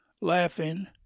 laughing